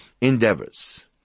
endeavors